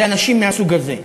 זה אנשים מהסוג הזה,